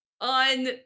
on